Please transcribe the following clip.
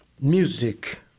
music